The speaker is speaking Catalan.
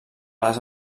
les